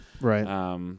Right